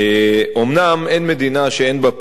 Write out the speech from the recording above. אומנם אין מדינה שאין בה פערים,